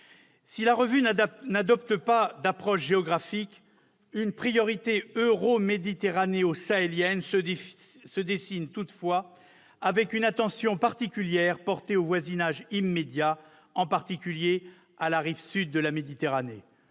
Si la revue n'adopte pas d'approche géographique, une priorité euro-méditerranéo-sahélienne se dessine toutefois, avec une attention particulière portée à notre voisinage immédiat, en particulier à la rive sud de la Méditerranée.